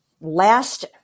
last